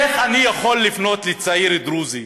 איך אני יכול לפנות לצעיר דרוזי,